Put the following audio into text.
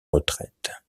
retraite